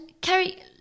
Kerry